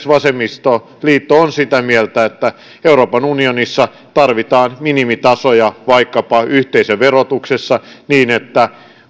vasemmistoliitto on sitä mieltä että euroopan unionissa tarvitaan minimitasoja vaikkapa yhteisöverotuksessa niin että